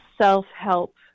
self-help